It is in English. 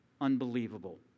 unbelievable